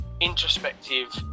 introspective